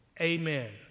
Amen